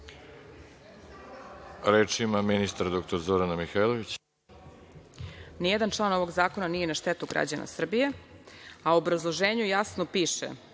Mihajlović. **Zorana Mihajlović** Nijedan član ovog zakona nije na štetu građana Srbije, a u obrazloženju jasno piše,